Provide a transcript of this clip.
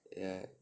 ya